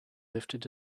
lifted